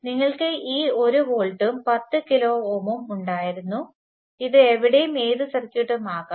നിങ്ങൾക്ക് ഈ 1 വോൾട്ടും 10 kΩ ഉം ഉണ്ടായിരുന്നു ഇത് എവിടെയും ഏത് സർക്യൂട്ടും ആകാം